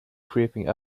creeping